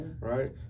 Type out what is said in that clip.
right